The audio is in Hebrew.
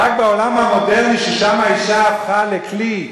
רק בעולם המודרני, ששם האשה הפכה לכלי,